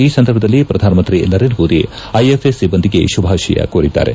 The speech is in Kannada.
ಈ ಸಂದರ್ಭದಲ್ಲಿ ಪ್ರಧಾನಮಂತ್ರಿ ನರೇಂದ್ರ ಮೋದಿ ಐಎಫ್ಎಸ್ ಸಿಬ್ಲಂದಿಗೆ ಶುಭಾಶಯ ಕೋರಿದ್ದಾರೆ